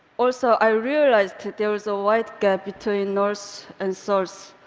also, i realized there was a wide gap between north and so south.